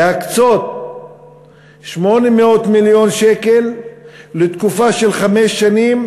להקצות 800 מיליון שקל בתקופה של חמש שנים,